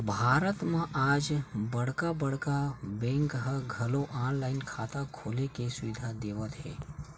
भारत म आज बड़का बड़का बेंक ह घलो ऑनलाईन खाता खोले के सुबिधा देवत हे